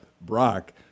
Brock